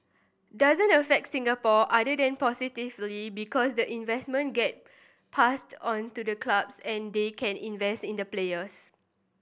doesn't affect Singapore other than positively because the investment get passed on to the clubs and they can invest in the players